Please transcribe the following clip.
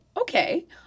okay